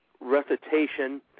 recitation